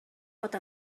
pot